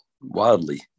Wildly